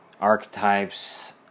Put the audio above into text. archetypes